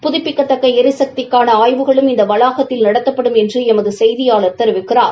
புதப்பிக்கத்தக்க எரிசக்திக்கான ஆய்வுகளும் இந்த வளாகத்தில் நடத்தப்படும் என்று எமது செய்தியாளர் தெரிவிக்கிறார்